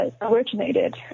originated